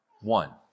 one